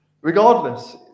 Regardless